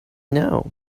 now